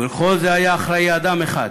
לכל זה היה אחראי אדם אחד,